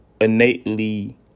innately